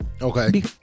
Okay